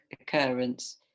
occurrence